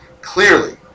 clearly